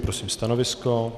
Prosím stanovisko.